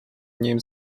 nim